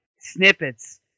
snippets